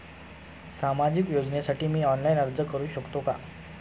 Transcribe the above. सामाजिक योजनेसाठी मी ऑनलाइन अर्ज करू शकतो का?